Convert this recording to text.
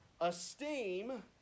esteem